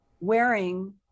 Wearing